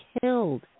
killed